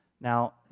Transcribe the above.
Now